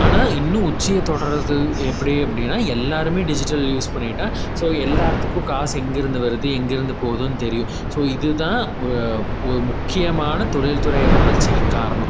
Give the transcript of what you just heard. ஆனால் இன்னும் உச்சியை தொடுறது எப்படி அப்படின்னா எல்லோருமே டிஜிட்டல் யூஸ் பண்ணிட்டால் ஸோ எல்லார்த்துக்கும் காசு எங்கிருந்து வருது எங்கிருந்து போகுதுன்னு தெரியும் ஸோ இதுதான் ஒரு ஒரு முக்கியமான தொழில்துறை வளர்ச்சிக்கு காரணம்